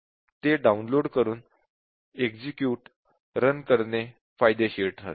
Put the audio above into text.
ते डाउनलोड करून execute run करणे फायदेशीर ठरेल